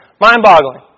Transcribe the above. Mind-boggling